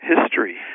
history